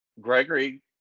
Gregory